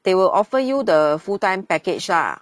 they will offer you the full time package ah